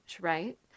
right